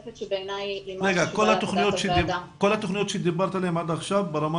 כל התוכניות שדיברת עליהן עד עכשיו ברמה